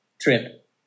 trip